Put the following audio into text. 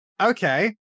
okay